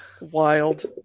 Wild